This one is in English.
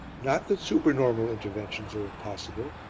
not that super-normal interventions are impossible,